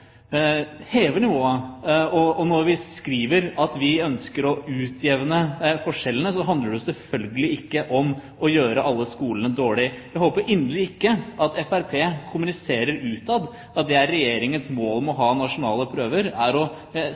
heve nivået. Når vi skriver at vi ønsker å utjevne forskjellene, handler det selvfølgelig ikke om å gjøre alle skolene dårlig. Jeg håper inderlig ikke at Fremskrittspartiet kommuniserer utad at Regjeringens mål med å ha nasjonale prøver er å